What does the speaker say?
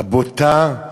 הבוטה?